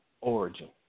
origin